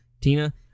Tina